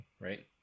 right